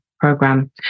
program